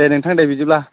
दे नोंथां दे बिदिब्ला